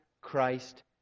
Christ